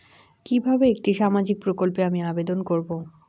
কিভাবে একটি সামাজিক প্রকল্পে আমি আবেদন করব?